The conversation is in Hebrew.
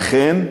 אכן,